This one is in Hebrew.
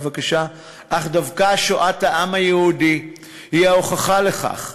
אך דווקא שואת העם היהודי היא ההוכחה לכך,